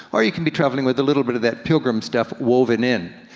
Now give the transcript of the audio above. or you can be traveling with a little bit of that pilgrim stuff woven in.